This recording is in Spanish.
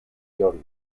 jordi